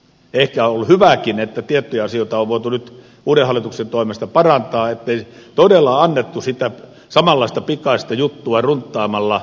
ehkä on ollut hyväkin että tiettyjä asioita on voitu nyt uuden hallituksen toimesta parantaa ettei todella annettu sitä samanlaista pikaista juttua runttaamalla